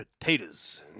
potatoes